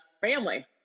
family